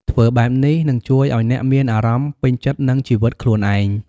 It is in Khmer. ធ្វើបែបនេះនឹងជួយឱ្យអ្នកមានអារម្មណ៍ពេញចិត្តនឹងជីវិតខ្លួនឯង។